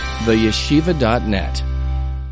TheYeshiva.net